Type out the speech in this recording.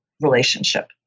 relationship